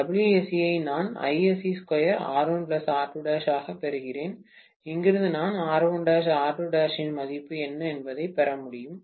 Wsc நான் ஆக பெறுகிறேன் இங்கிருந்து நான் R1' R2' இன் மதிப்பு என்ன என்பதைப் பெற முடியும்